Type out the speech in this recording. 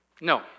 No